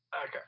Okay